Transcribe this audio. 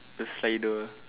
the slider